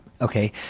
Okay